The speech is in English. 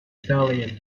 valley